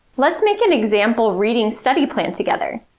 let's make an example reading study plan together,